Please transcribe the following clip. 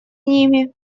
ними